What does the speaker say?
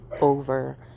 over